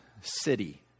city